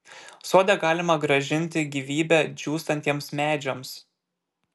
sode galima grąžinti gyvybę džiūstantiems medžiams